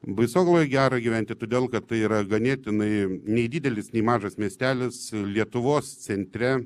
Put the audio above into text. baisogaloj gera gyventi todėl kad tai yra ganėtinai nei didelis nei mažas miestelis lietuvos centre